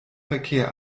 verkehr